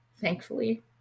thankfully